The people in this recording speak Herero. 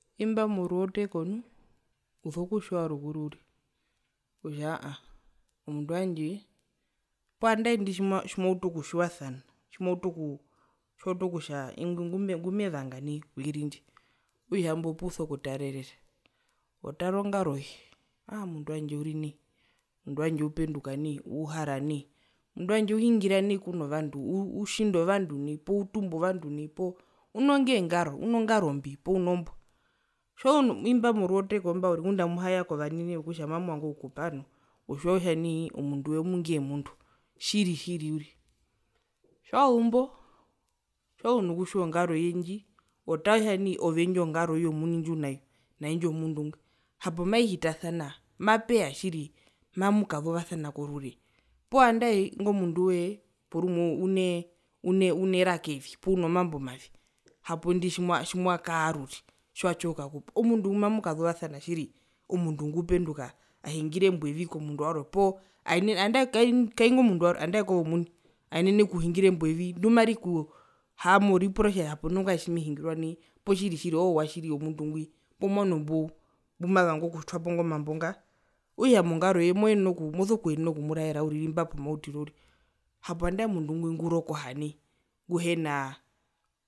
Imba moruwoteko nu uso kutjiwa rukuru uriri kutja haa omundu wandje poo andae ndi tjimwautu okutjiwasana tjimwautu oku tjiwautu kutja ingwi ongume ongumevanga nai oiri ndji okutja imbo opuso kutarerera otara ongaroye aa omundu wandje uri nai omundu wandje upenduka nai uuhara nai omundu wandje uhingira nai kuno vandu utjinda ovandu nai poo utumba ovandu nai poo unongengaro unongarombi poo unombwa tjiwazu noku imba moruwoteko mba ngunda amuhiyaya kovanene wokutja mamuvanga okukupaa noo otjiwa kutja nai omunduwee omungee mundu tjiri tjiri uriri tjiwazumbo tjiwazu nokutjiwa ongaroye ndji otaa kutja nai ove indjo ngaro yoye omuni ndjiunayo naindjo yomundu ngwi hapo maihitasana mapeya tjiri mamukazuvasana korure poo andae ingo munduwe porumwe unee unoe uneraka evi poo unomambo mavi hapo indi tjimwa tjimwakaa rure tjiwatye okukakupwa omundu ngwi mamukazuvasana tjiri omundu ngupenduka ahingire embo evi komundu warwe poo andae kai kaingo mundu warwe andae kove omuni aenene okuhingira embo evi ndimarikuhaama oripura kutja hapo nongwae tjimehungirwa nai poo tjiri tjiri oowatjiri womundu ngwi poo mwano mbu mbumavanga okutwapo ingo mambo nga okutja mongaroye moenene oku moso kuyenena okumuraera uriri imba pomautiro uriri hapo nandae omundu ngwi ngurokoha nai nguhenaa